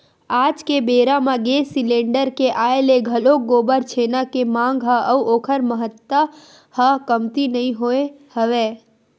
आज के बेरा म गेंस सिलेंडर के आय ले घलोक गोबर छेना के मांग ह अउ ओखर महत्ता ह कमती नइ होय हवय